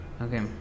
okay